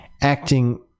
acting